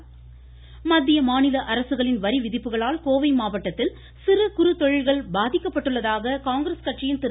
ம்ம்ம்ம்ம ராகுல்காந்தி மத்திய மாநில அரசுகளின் வரிவிதிப்புகளால் கோவை மாவட்டத்தில் சிறு குறு தொழில்கள் பாதிக்கப்பட்டுள்ளதாக காங்கிரஸ் கட்சியின் திரு